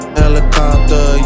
helicopter